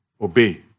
obey